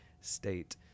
state